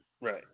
Right